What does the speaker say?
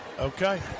Okay